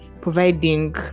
providing